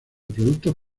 productos